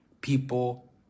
People